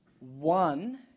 one